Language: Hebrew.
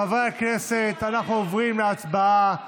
חברי הכנסת, אנחנו עוברים להצבעה.